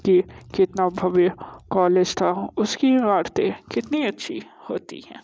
कि कितना भव्य कॉलेज था उसकी इमारतें कितनी अच्छी होती हैं